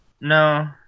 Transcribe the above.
No